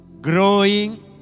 growing